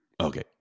Okay